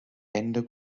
ende